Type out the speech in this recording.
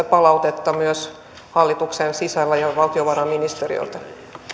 palautetta myös hallituksen sisällä ja valtiovarainministeriöltä ja